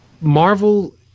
Marvel